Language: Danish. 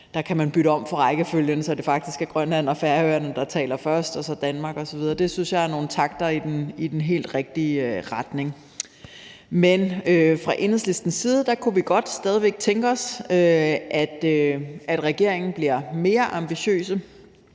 kan man bytte om på rækkefølgen, så det faktisk er Grønland og Færøerne, der taler først, og så er det Danmark osv. Det synes jeg er nogle skridt i den helt rigtige retning. Men fra Enhedslistens side kunne vi stadig væk godt tænke os, at regeringen bliver mere ambitiøs,